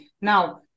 Now